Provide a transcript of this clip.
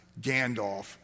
Gandalf